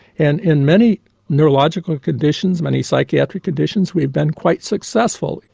and in many neurological conditions, many psychiatric conditions, we have been quite successful.